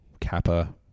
Kappa